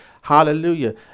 Hallelujah